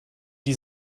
die